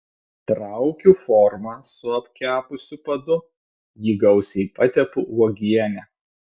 traukiu formą su apkepusiu padu jį gausiai patepu uogiene